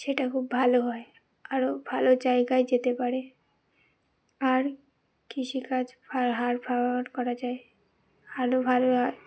সেটা খুব ভালো হয় আরও ভালো জায়গায় যেতে পারে আর কৃষিকাজ করা যায় হালও ভালো হয়